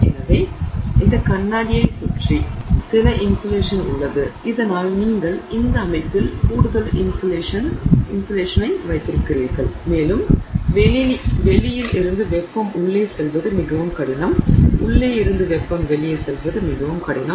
எனவே இந்த கண்ணாடியைச் சுற்றி சில இன்சுலேஷன் உள்ளது இதனால் நீங்கள் இந்த அமைப்பில் கூடுதல் இன்சுலேஷன் வைத்திருக்கிறீர்கள் மேலும் வெளியில் இருந்து வெப்பம் உள்ளே செல்வது மிகவும் கடினம் உள்ளே இருந்து வெப்பம் வெளியே செல்வது மிகவும் கடினம்